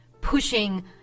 pushing